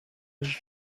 روز